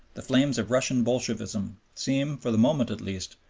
the flames of russian bolshevism seem, for the moment at least,